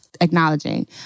Acknowledging